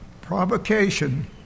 provocation